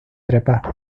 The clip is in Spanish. trepar